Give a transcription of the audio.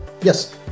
Yes